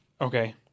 Okay